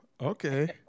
Okay